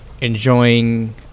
enjoying